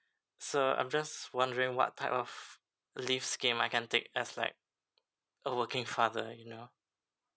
so I'm just wondering what type of leaves scheme I can take as like a working father you know